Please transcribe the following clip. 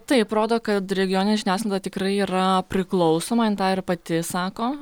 taip rodo kad regioninė žiniasklaida tikrai yra priklausoma jin tą ir pati sako